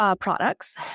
products